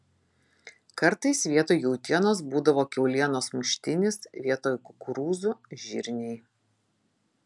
kartais vietoj jautienos būdavo kiaulienos muštinis vietoj kukurūzų žirniai